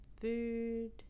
food